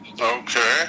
Okay